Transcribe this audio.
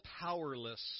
powerless